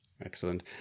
Excellent